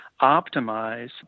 optimize